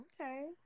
Okay